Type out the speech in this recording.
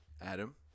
Adam